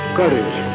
courage